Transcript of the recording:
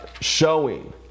showing